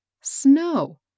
Snow